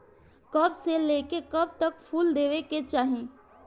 कब से लेके कब तक फुल देवे के चाही?